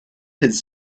his